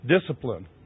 discipline